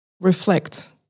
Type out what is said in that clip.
reflect